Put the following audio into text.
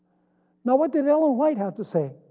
now what did ellen white have to say?